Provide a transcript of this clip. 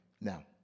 now